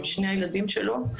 ושני הילדים שלו.